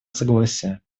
согласия